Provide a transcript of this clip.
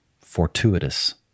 fortuitous